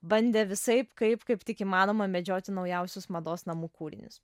bandė visaip kaip kaip tik įmanoma medžioti naujausius mados namų kūrinius